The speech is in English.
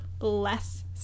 less